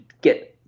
get